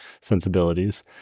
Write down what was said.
sensibilities